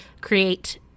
create